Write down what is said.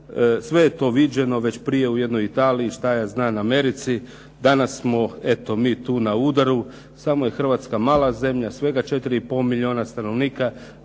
Sve je to viđeno već prije u jednoj Italiji, šta ja znam Americi. Danas smo eto mi tu na udaru. Samo je Hrvatska mala zemlja svega četiri i pol milijuna stanovnika,